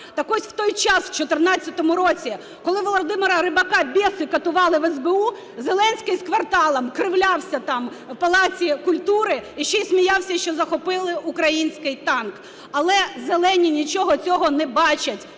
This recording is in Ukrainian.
Так ось, в той час, в 2014 році, коли Володимира Рибака "бєси" катували в СБУ, Зеленський з "Кварталом" кривлявся там в Палаці культури, і ще і сміявся, що захопили український танк. Але "зелені" нічого цього не бачать,